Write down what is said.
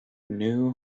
new